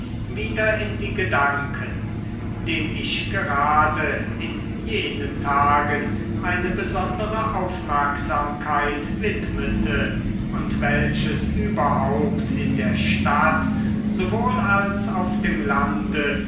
wieder in die gedanken dem ich gerade in jenen tagen eine besondere aufmerksamkeit widmete und welches überhaupt in der stadt sowohl als auf dem lande